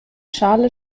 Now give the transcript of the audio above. schale